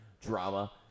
drama